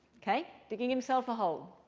ok? digging himself a hole.